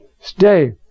stay